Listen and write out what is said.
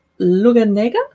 Luganega